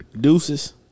Deuces